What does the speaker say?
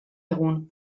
egun